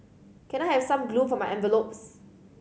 can I have some glue for my envelopes